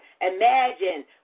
imagine